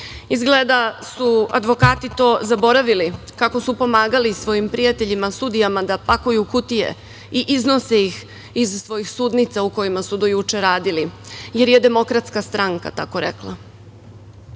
da su advokati to zaboravili kako su pomagali svojim prijateljima i sudijama da pakuju kutije i iznose ih iz svojih sudnica u kojima su do juče radili, jer je DS tako rekla. Ono